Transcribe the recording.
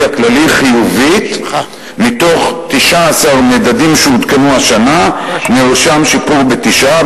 הכללי חיובית: מתוך 19 מדדים שעודכנו השנה נרשם שיפור בתשעה,